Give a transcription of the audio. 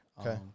Okay